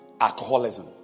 alcoholism